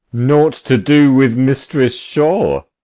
naught to do with mistress shore!